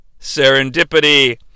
serendipity